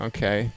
Okay